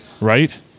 Right